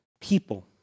People